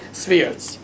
spheres